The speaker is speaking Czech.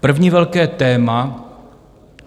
První velké téma,